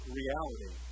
reality